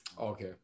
Okay